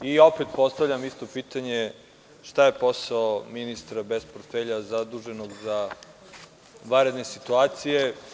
I opet postavljam isto pitanje – šta je posao ministra bez portfelja zaduženog za vanredne situacije?